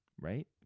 Right